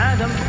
Adam